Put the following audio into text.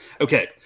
Okay